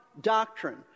doctrine